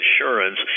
insurance